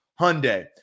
Hyundai